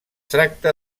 tracta